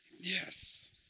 Yes